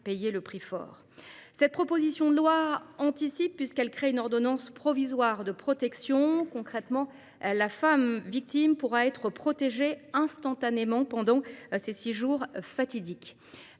payer le prix fort… Cette proposition de loi a pour objet d’anticiper la création d’une ordonnance provisoire de protection : concrètement, la femme victime pourra être protégée instantanément pendant ces six jours fatidiques.